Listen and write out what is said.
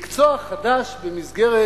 מקצוע חדש במסגרת